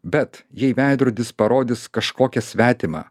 bet jei veidrodis parodys kažkokią svetimą